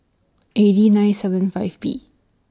A D nine seven five B